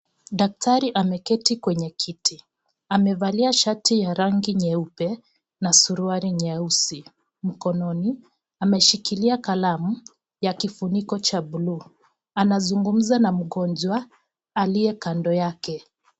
Daktari ameketi kwenye kiti amevalia shati ya rangi nyuepe na suruali nyeusi, kononi ameshikilia kalamu ya kifuniko cha(CS)blue(CS) anazungumza na mgonjwa aliye kando yake.